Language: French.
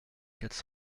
quatre